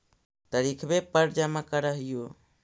तरिखवे पर जमा करहिओ?